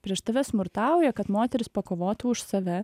prieš tave smurtauja kad moteris pakovotų už save